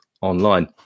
online